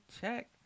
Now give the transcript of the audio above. check